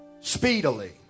speedily